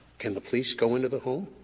can the police go into the home?